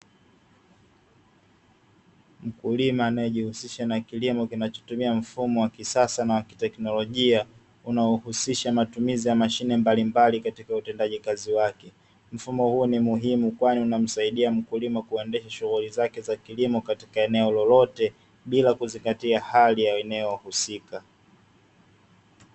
Mkulima anayejihusisha na kilimo kinachotumia mfumo wa kisasa na wa kiteknolojia, unaohusisha matumizi ya mashine mbalimbali katika utendaji kazi wake. Mfumo huo ni muhimu, kwani unamsaidia mkulima kuendesha shughulia zake za kilimo katika eneo lolote, bila kuzingatia hali ya eneo husika.